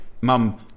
Mum